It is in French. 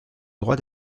droit